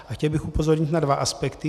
A chtěl bych upozornit na dva aspekty.